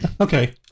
Okay